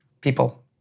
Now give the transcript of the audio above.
people